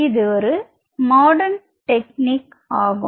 இது ஒரு modern technique ஆகும்